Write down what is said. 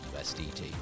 USDT